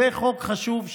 זה חוק חשוב,